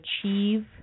achieve